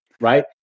right